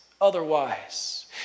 otherwise